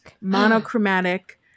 monochromatic